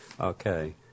Okay